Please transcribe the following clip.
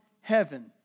heaven